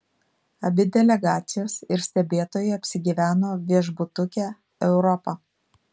abi delegacijos ir stebėtojai apsigyveno viešbutuke europa